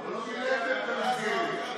--- גם ועדת חקירה וגם אנשים שיודעים.